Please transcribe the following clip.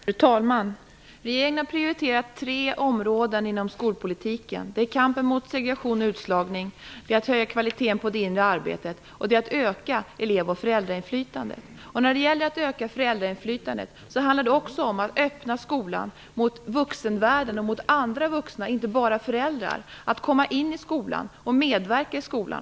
Fru talman! Regeringen har prioriterat tre områden inom skolpolitiken. Det är kampen mot segregation och utslagning, att höja kvaliteten på det inre arbetet och att öka elev och föräldrainflytandet. När det gäller att öka föräldrainflytandet handlar det också om att öppna skolan mot vuxenvärlden och mot andra vuxna, inte bara föräldrar, så att de kan komma in i och medverka i skolan.